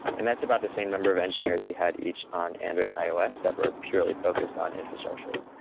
and that's about the same number of engineers we had each on android and ios that were purely focused on infrastructure.